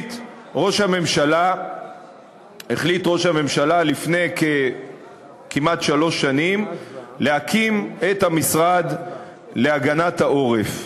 החליט ראש הממשלה לפני כמעט שלוש שנים להקים את המשרד להגנת העורף,